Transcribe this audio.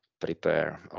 prepare